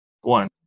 One